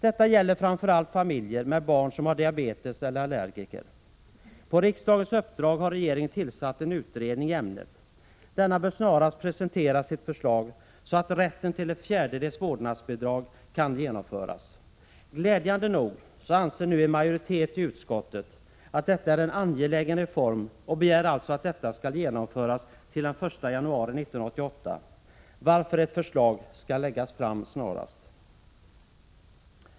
Detta gäller framför allt familjer med barn som har diabetes eller allergier. På riksdagens uppdrag har regeringen tillsatt en utredning i ämnet. Utredningen bör snarast presentera sitt förslag så att rätten till ett fjärdedels vårdnadsbidrag kan införas. Glädjande nog anser nu en majoritet i utskottet att detta är en angelägen reform och begär alltså att den skall genomföras till den 1 januari 1988. Därför skall ett förslag läggas fram snarast.